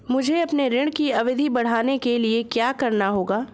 मुझे अपने ऋण की अवधि बढ़वाने के लिए क्या करना होगा?